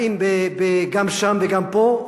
האם גם שם וגם פה,